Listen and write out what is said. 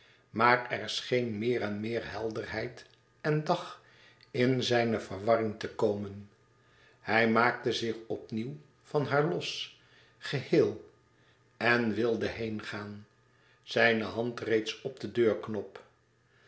maar er scheen meer en meer helderheid en dag in zijne verwarring te komen hij maakte zich opnieuw van haar los geheel en wilde heengaan zijne hand reeds op den deurknop